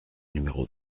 numéro